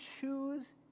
choose